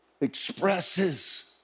expresses